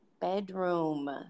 bedroom